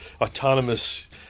autonomous